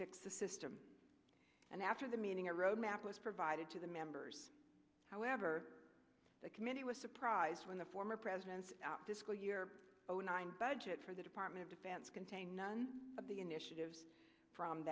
fix the system and after the meeting a road map was provided to the members however the committee was surprised when the former president's out to school year nine budget for the department of defense contain none of the initiatives from